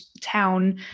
town